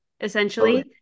essentially